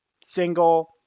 single